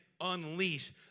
unleash